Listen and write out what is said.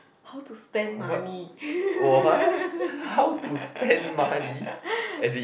how to spend money